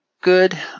good